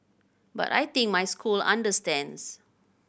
but I think my school understands